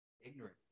ignorant